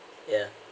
yeah